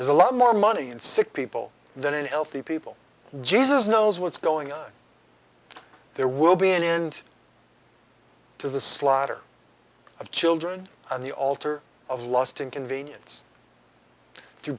is a lot more money and sick people than l t people jesus knows what's going on there will be an end to the slaughter of children on the altar of last inconvenience t